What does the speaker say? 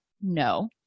No